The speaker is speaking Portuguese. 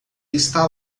está